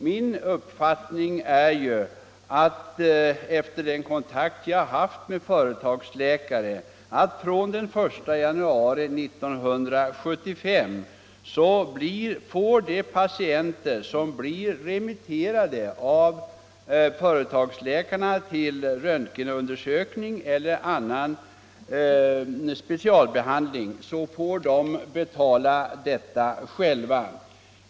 Min uppfattning är ju, efter den kontakt jag har haft med företagsläkare, att från den 1 januari 1975 får de patienter, som av företagsläkare blir remitterade till röntgenundersökning eller annan specialbehandling, betala denna behandling själva.